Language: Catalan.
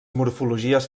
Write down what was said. morfologies